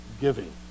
giving